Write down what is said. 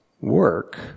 work